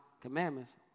commandments